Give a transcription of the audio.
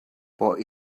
but